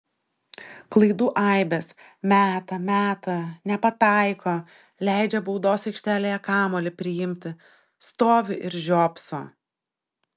klaidų aibės meta meta nepataiko leidžia baudos aikštelėje kamuolį priimti stovi ir žiopso